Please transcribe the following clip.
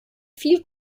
viel